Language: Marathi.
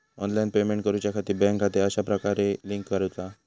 ऑनलाइन पेमेंट करुच्याखाती बँक खाते कश्या प्रकारे लिंक करुचा?